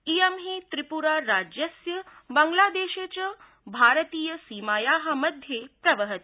इयं हि त्रिपुराराज्यस्य बंग्लादेशे च भारतीयसीमाया मध्ये प्रवहति